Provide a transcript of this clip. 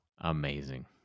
amazing